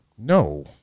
No